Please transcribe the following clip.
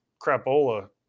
crapola